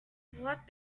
what